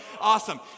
Awesome